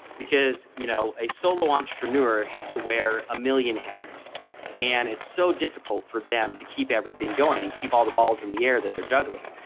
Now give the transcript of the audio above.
because you know a solo entrepreneur has to wear a million hats and it's so difficult for them to keep everything going and keep all the balls in the air that they're juggling.